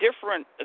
different